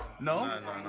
no